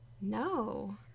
no